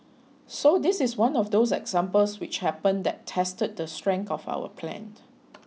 so this is one of those examples which happen that tested the strength of our plan